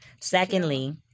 Secondly